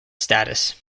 status